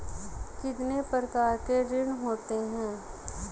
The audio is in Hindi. कितने प्रकार के ऋण होते हैं?